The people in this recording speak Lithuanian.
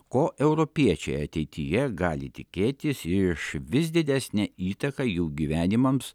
ko europiečiai ateityje gali tikėtis iš vis didesnę įtaką jų gyvenimams